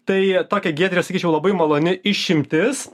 tai tokia giedrė sakyčiau labai maloni išimtis